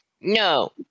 no